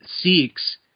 seeks